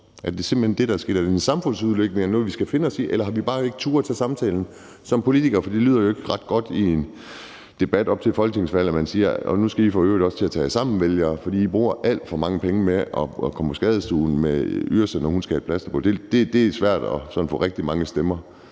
Er det simpelt hen det, der er sket? Er det en samfundsudvikling? Er det noget, vi skal finde os i? Eller har vi bare ikke turdet tage samtalen som politikere? For det lyder jo ikke ret godt i en debat op til et folketingsvalg, at man siger: Nu skal I for øvrigt også til at tage jer sammen, vælgere, for I bruger alt for mange penge på at komme på skadestuen med Yrsa, når hun skal have plaster på. Det er svært sådan at få rigtig mange stemmer